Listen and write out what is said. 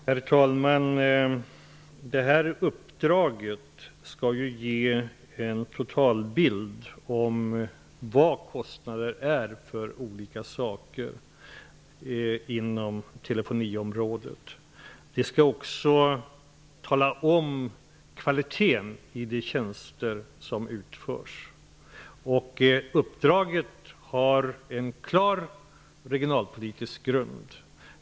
Herr talman! Uppdraget innebär att ge en totalbild av kostnaden för olika saker inom telefoniområdet. I det ingår också att studera kvaliteten på de tjänster som utförs. Uppdraget har en klar regionalpolitisk grund.